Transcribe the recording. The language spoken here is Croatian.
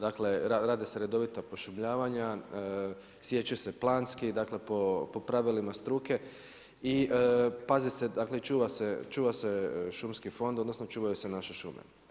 Dakle, rade se redovita pošumljavanja, siječe se planski, dakle po pravilima struke i pazi se, dakle čuva se šumski fond, odnosno čuvaju se naše šume.